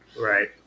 Right